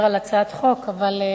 הצעת חוק למניעת אלימות במשפחה (תיקון,